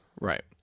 Right